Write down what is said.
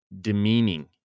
demeaning